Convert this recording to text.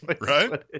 right